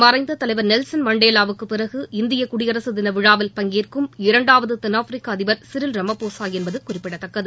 மறைந்த தலைவர் நெல்சன் மண்டேலாவுக்கு பிறகு இந்திய குடியரசு தின விழாவில் பங்கேற்கும் இரண்டாவது தென்னாப்பிரிக்க அதிபர் சிறில் ரமபோசா என்பது குறிப்பிடத்தக்கது